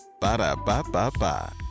Ba-da-ba-ba-ba